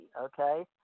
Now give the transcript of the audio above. okay